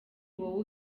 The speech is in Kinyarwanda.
wowe